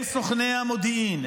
הם סוכני המודיעין.